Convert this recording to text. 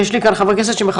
כי יש לי כאן חברי כנסת שמחכים.